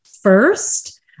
first